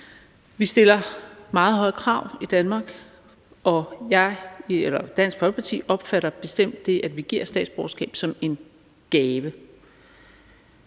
Vi stiller meget høje krav i Danmark, og Dansk Folkeparti opfatter bestemt det, at vi giver statsborgerskab, som en gave.